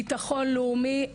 ביטחון לאומי,